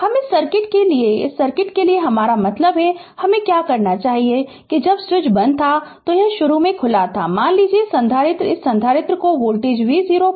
हम इस सर्किट के लिए इस सर्किट के लिए हमारा मतलब कि हमे क्या करना चाहिए कि जब स्विच बंद नहीं था तो यह शुरू में खुला था मान लीजिए कि संधारित्र इस संधारित्र को वोल्टेज v0 पर चार्ज किया गया था